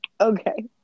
okay